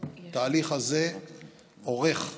התהליך הזה אורך,